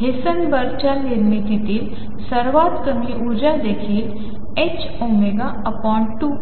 हेसनबर्गच्या निर्मितीतील सर्वात कमी उर्जा देखील ℏω2